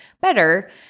better